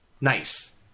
nice